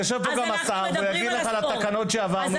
יושב פה גם השר והוא יגיד לך על התקנות שהעברנו